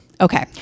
Okay